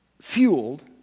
fueled